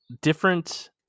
different